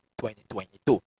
2022